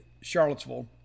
Charlottesville